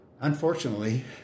Unfortunately